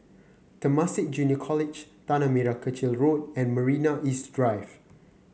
Temasek Junior College Tanah Merah Kechil Road and Marina East Drive